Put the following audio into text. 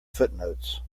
footnotes